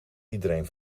iedereen